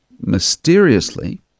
mysteriously